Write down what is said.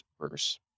verse